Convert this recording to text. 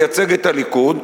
לייצג את הליכוד,